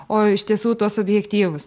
o iš tiesų tuos objektyvūs